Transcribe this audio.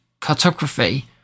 cartography